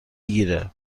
گیره